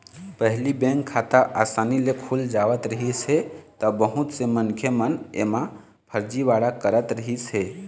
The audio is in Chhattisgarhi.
पहिली बेंक खाता असानी ले खुल जावत रहिस हे त बहुत से मनखे मन एमा फरजीवाड़ा करत रहिस हे